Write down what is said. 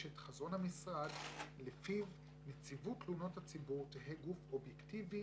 את חזון המשרד לפיו נציבות תלונות הציבור תהא גוף אובייקטיבי,